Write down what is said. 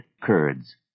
Kurds